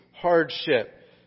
Hardship